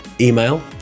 email